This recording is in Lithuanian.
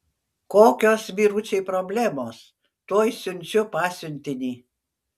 kokios vyručiai problemos tuoj siunčiu pasiuntinį